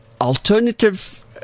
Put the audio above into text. Alternative